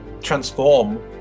transform